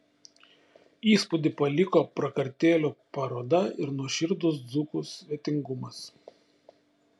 įspūdį paliko prakartėlių paroda ir nuoširdus dzūkų svetingumas